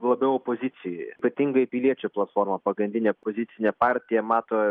labiau opozicijai ypatingai piliečių platforma pagrindinė opozicinė partija mato